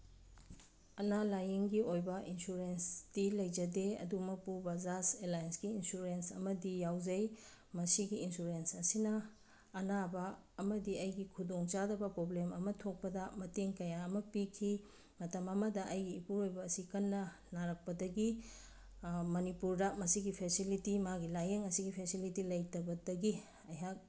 ꯑꯅꯥ ꯂꯥꯏꯌꯦꯡꯒꯤ ꯑꯣꯏꯕ ꯏꯟꯁꯨꯔꯦꯟꯁꯇꯤ ꯂꯩꯖꯗꯦ ꯑꯗꯨꯃꯛꯄꯨ ꯕꯖꯥꯖ ꯑꯦꯂꯥꯌꯦꯟꯁꯀꯤ ꯏꯟꯁꯨꯔꯦꯟꯁ ꯑꯃꯗꯤ ꯌꯥꯎꯖꯩ ꯃꯁꯤꯒꯤ ꯏꯟꯁꯨꯔꯦꯟꯁ ꯑꯁꯤꯅ ꯑꯅꯥꯕ ꯑꯃꯗꯤ ꯑꯩꯒꯤ ꯈꯨꯗꯣꯡꯆꯥꯗꯕ ꯄ꯭ꯔꯣꯕ꯭ꯂꯦꯝ ꯑꯃ ꯊꯣꯛꯄꯗ ꯃꯇꯦꯡ ꯀꯌꯥ ꯑꯃ ꯄꯤꯈꯤ ꯃꯇꯝ ꯑꯃꯗ ꯑꯩꯒꯤ ꯏꯄꯨꯔꯣꯏꯕ ꯑꯁꯤ ꯀꯟꯅ ꯅꯥꯔꯛꯄꯗꯒꯤ ꯃꯅꯤꯄꯨꯔꯗ ꯃꯁꯤꯒꯤ ꯐꯦꯁꯤꯂꯤꯇꯤ ꯃꯥꯒꯤ ꯂꯥꯌꯦꯡ ꯑꯤꯁꯒꯤ ꯐꯦꯁꯤꯂꯤꯇꯤ ꯂꯩꯇꯕꯗꯒꯤ ꯑꯩꯍꯥꯛ